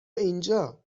اینجا